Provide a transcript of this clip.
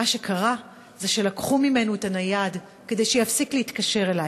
מה שקרה זה שלקחו ממנו את הנייד כדי שיפסיק להתקשר אלי.